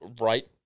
right